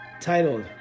titled